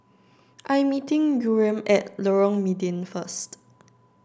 I am meeting Yurem at Lorong Mydin first